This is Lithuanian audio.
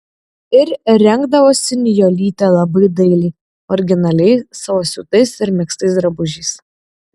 ir rengdavosi nijolytė labai dailiai originaliai savo siūtais ir megztais drabužiais